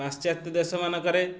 ପାଶ୍ଚାତ୍ୟ ଦେଶମାନଙ୍କରେ